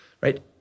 right